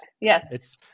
Yes